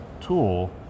tool